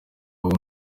baba